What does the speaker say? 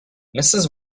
mrs